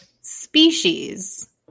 Species